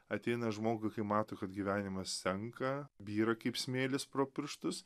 ateina žmogui kai mato kad gyvenimas senka byra kaip smėlis pro pirštus